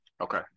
Okay